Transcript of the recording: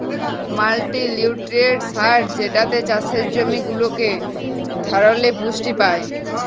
multinutrient সার যেটাতে চাসের জমি ওলেক ধরলের পুষ্টি পায়